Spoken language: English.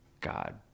God